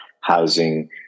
housing